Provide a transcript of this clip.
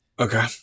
Okay